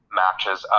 matches